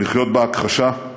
לחיות בהכחשה.